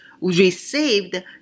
received